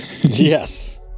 yes